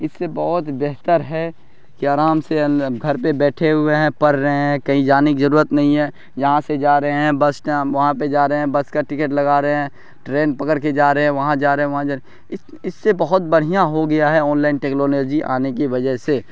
اس سے بہت بہتر ہے کہ آرام سے گھر پہ بیٹھے ہوئے ہیں پڑھ رہے ہیں کہیں جانے کی ضرورت نہیں ہے یہاں سے جا رہے ہیں بس اسٹینڈ وہاں پہ جا رہے ہیں بس کا ٹکٹ لگا رہے ہیں ٹرین پکڑ کے جا رہے ہیں وہاں جا رہے ہیں وہاں جا رہے اس سے بہت بڑھیا ہو گیا ہے آن لائن ٹیکنالوجی آنے کی وجہ سے